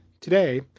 Today